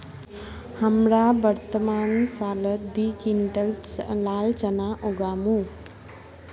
हमरा वर्तमान सालत दी क्विंटल लाल चना उगामु